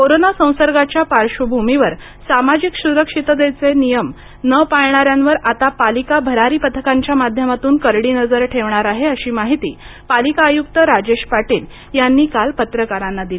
corona संसर्गाच्या पार्श्वभूमीवर सामाजिक सुरक्षिततेचे नियम न पाळणाऱ्यांवर आता पालिका भरारी पथकांच्या माध्यमातून करडी नजर ठेवणार आहे अशी माहिती पालिका आयुक्त राजेश पाटील यांनी काल पत्रकारांना दिली